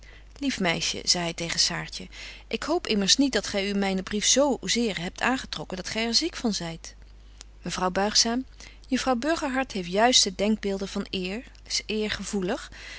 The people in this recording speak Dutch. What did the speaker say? lief meisje zei hy tegen saartje ik hoop immers niet dat gy u mynen brief zo zeer hebt aangetrokken dat gy er ziek van zyt mevrouw buigzaam juffrouw burgerhart heeft juiste denkbeelden van eer s eer gevoelig